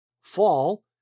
fall